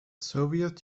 soviet